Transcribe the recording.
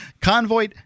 Convoy